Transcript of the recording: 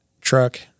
truck